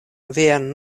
vian